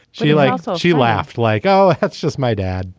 she likes all. she laughed like, oh, that's just my dad